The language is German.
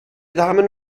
damen